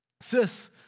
sis